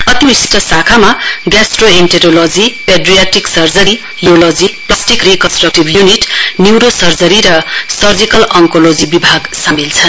अति विशिष्ट शाखामा gastroenterology pediatric surgery urology plastic reconstructive unit neuro surgery र सर्जिकल अनकोलिजी विभाग सामेल छन्